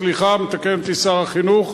שלוש, סליחה, מתקן אותי שר החינוך.